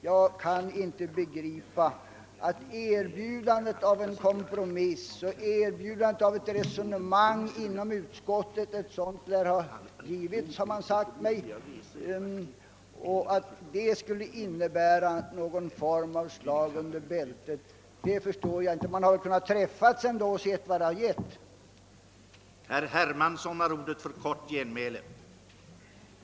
Jag kan inte begripa att erbjudandet av en kompromiss om ett resonemang inom utskottet — ett sådant lär ha givits enligt vad som meddelats mig — skulle innebära någon form av slag under bältet. Man hade i alla fall kunnat träffas för att se vad resultatet kunde ha blivit.